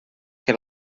que